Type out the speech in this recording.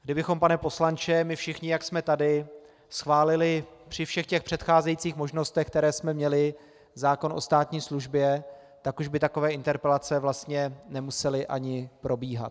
Kdybychom, pane poslanče, my všichni, jak jsme tady, schválili při všech předcházejících možnostech, které jsme měli, zákon o státní službě, tak už by takové interpelace vlastně nemusely ani probíhat.